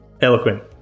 eloquent